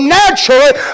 naturally